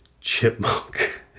chipmunk